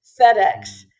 FedEx